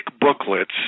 booklets